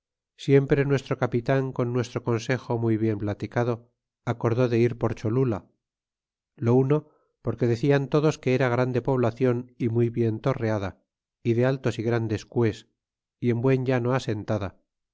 siempre nuestro capitan con nuestro consejo muy bien platicado acordé de ir por cholula lo uno porque decian todos que era grande poblacion y muy bien torreada y de altos y grandes cués y en buen llano asentada